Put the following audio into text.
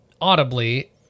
audibly